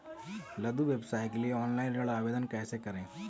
लघु व्यवसाय के लिए ऑनलाइन ऋण आवेदन कैसे करें?